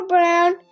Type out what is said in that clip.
Brown